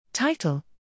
Title